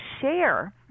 share